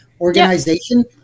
organization